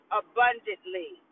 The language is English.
abundantly